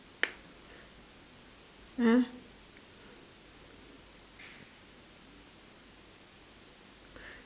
ah